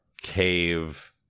cave